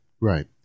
Right